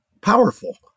powerful